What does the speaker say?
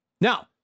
Now